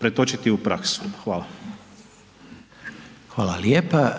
**Reiner, Željko (HDZ)** Hvala lijepa.